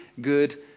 good